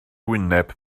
wyneb